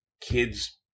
kids